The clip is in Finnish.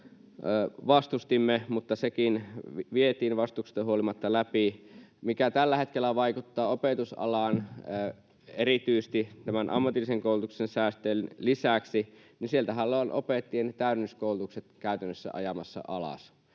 vastustimme, mutta sekin vietiin vastustuksesta huolimatta läpi. Se, mikä tällä hetkellä vaikuttaa opetusalaan erityisesti tämän ammatillisen koulutuksen säästöjen lisäksi, on, että sieltähän ollaan opettajien täydennyskoulutukset käytännössä ajamassa alas.